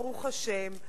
ברוך השם.